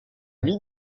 vie